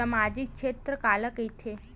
सामजिक क्षेत्र काला कइथे?